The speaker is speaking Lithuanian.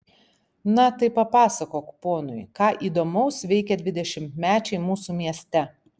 na tai papasakok ponui ką įdomaus veikia dvidešimtmečiai mūsų mieste